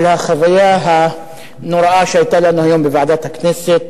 על החוויה הנוראה שהיתה לנו היום בבוקר בוועדת הכנסת.